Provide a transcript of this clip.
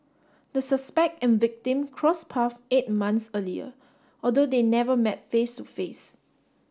the suspect and victim cross path eight months earlier although they never met face to face